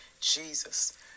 Jesus